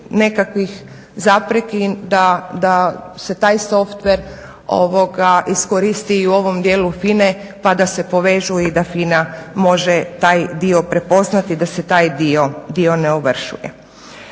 nekakvih zapreka da se taj softver iskoristi i u ovom dijelu FINA-e pa da se povežu i da FINA može taj dio prepoznati, da se taj dio ne ovršuje.